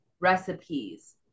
recipes